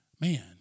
man